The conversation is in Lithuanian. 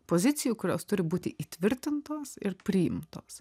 pozicijų kurios turi būti įtvirtintos ir priimtos